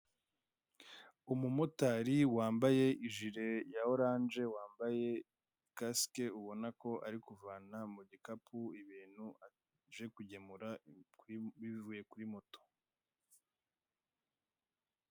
Umumotari wambaye ijiri ya oranje wambaye kasiki ubona ko ari kuvana mu gikapu ibintu aje kugemura yatwaye kuri moto.